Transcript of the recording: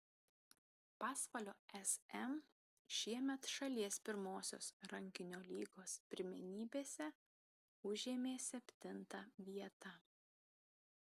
pasvalio sm šiemet šalies pirmosios rankinio lygos pirmenybėse užėmė septintą vietą